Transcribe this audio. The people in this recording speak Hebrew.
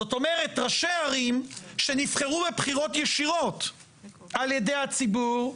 זאת אומרת ראשי ערים שנבחרו בבחירות ישירות על ידי הציבור,